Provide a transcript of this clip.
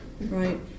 right